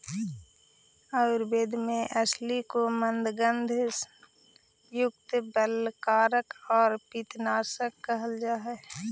आयुर्वेद में अलसी को मन्दगंधयुक्त, बलकारक और पित्तनाशक कहल जा हई